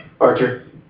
Archer